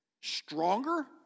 Stronger